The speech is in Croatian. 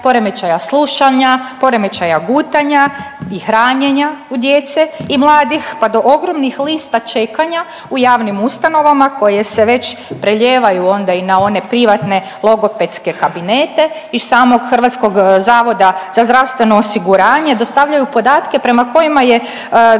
poremećaja slušanja, poremećaja gutanja i hranjenja u djece i mladih pa do ogromnih lista čekanja u javnim ustanovama koje se već prelijevaju onda i na one privatne logopedske kabinete. Iz samog HZZO-a dostavljaju podatke prema kojima je